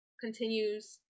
continues